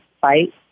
fight